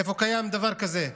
איפה קיים דבר כזה?